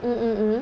mm mm mm